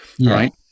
right